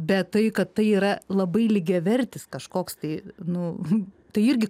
bet tai kad tai yra labai lygiavertis kažkoks kai nu tai irgi